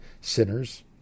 sinners